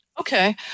Okay